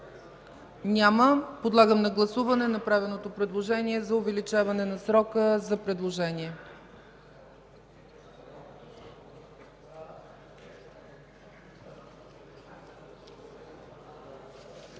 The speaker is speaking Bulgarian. Няма. Подлагам на гласуване направеното предложение за увеличаване на срока. Гласували